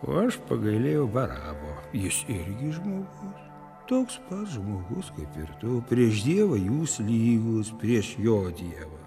o aš pagailėjau barabo jis irgi žmogus toks pats žmogus kaip ir tu prieš dievą jūs lygūs prieš jo dievą